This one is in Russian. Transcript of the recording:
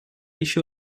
еще